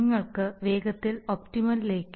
നിങ്ങൾക്ക് വേഗത്തിൽ ഒപ്റ്റിമലിലേക്ക്